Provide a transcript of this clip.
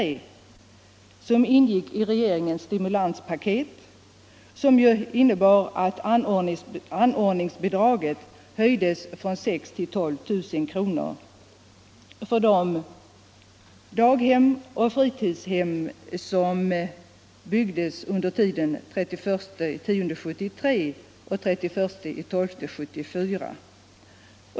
Det byggde på ett förslag som ingick i regeringens stimulanspaket och innebar att anordningsbidraget höjdes från 6 000 till 12000 kr. för de daghem och fritidshem som började byggas under tiden 31 oktober 1973-31 december 1974.